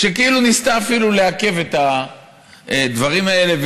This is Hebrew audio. שכאילו ניסתה אפילו לעכב את הדברים האלה,